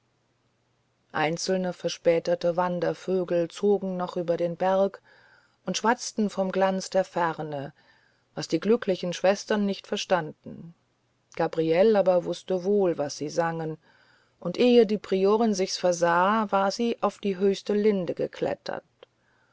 einzelne verspätete wandervögel zogen noch über den berg und schwatzten vom glanz der ferne was die glücklichen schwestern nicht verstanden gabriele aber wußte wohl was sie sangen und ehe die priorin sich's versah war sie auf die höchste linde geklettert